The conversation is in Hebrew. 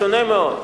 שונה מאוד.